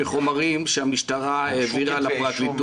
אלה חומרים שהמשטרה העבירה לפרקליטות -- הוגשו כתבי אישום?